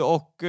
Och